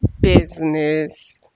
business